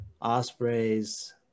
ospreys